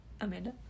Amanda